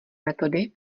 metody